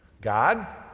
God